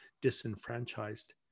disenfranchised